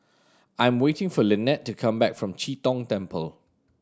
I am waiting for Linette to come back from Chee Tong Temple